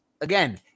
again